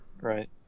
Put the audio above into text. Right